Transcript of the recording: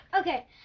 Okay